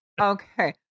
Okay